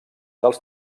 dels